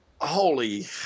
holy